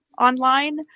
online